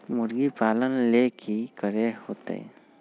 मुर्गी पालन ले कि करे के होतै?